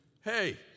hey